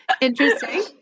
Interesting